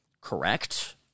correct